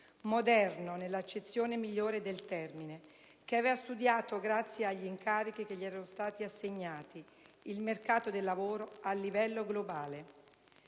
moderno, nell'accezione migliore del termine, che aveva studiato, grazie anche agli incarichi che gli erano stati assegnati, il mercato del lavoro a livello globale.